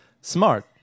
Smart